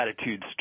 attitudes